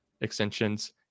extensions